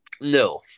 No